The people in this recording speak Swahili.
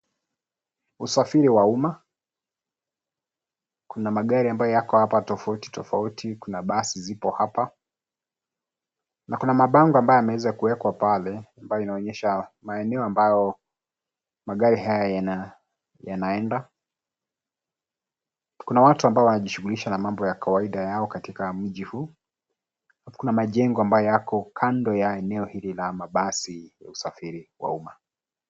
Usafiri wa umma, kuna magari ambayo yako hapa tofauti tofauti. Kuna basi zipo hapa, na kuna mabango ambaye yameweza kuwekwa pale, ambayo inaonyesha maeneo ambayo magari haya yanaenda . Kuna watu ambao wanajishughulisha na mambo ya kawaida yao katika mji huu. Kuna majengo ambayo yako kando ya eneo hili la mabasi ya usafiri wa umma.